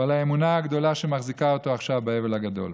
ועל האמונה הגדולה שמחזיקה אותו עכשיו באבל הגדול.